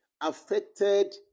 affected